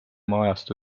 omast